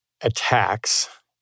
attacks